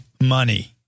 money